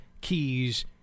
keys